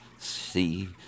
see